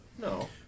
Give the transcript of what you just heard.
No